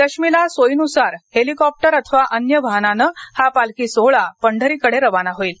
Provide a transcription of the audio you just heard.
दशमीला सोयीनुसार हेलिकॉप्टर अथवा अन्य वाहनाने हा पालखी सोहोळा पंढरीकडे रवाना होईल